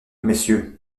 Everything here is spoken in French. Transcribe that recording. messieurs